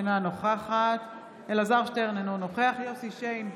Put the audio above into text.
אינה נוכחת אלעזר שטרן, אינו נוכח יוסף שיין,